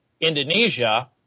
Indonesia